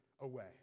away